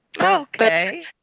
okay